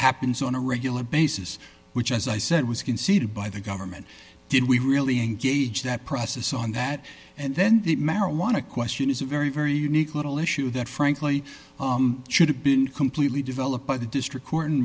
happens on a regular basis which as i said was conceded by the government did we really engage that process on that and then the marijuana question is a very very unique little issue that frankly should have been completely developed by the district court